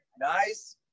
Nice